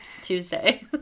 Tuesday